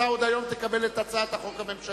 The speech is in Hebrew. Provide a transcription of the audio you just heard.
אתה תקבל עוד היום את הצעת החוק הממשלתית.